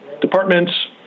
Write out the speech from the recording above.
departments